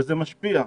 וזה משפיע.